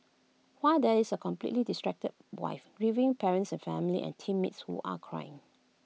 while there is A completely distracted wife grieving parents and family and teammates who are crying